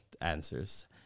answers